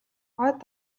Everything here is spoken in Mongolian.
хойд